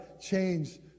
change